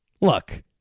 Look